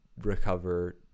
Recover